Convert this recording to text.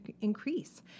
increase